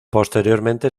posteriormente